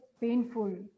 painful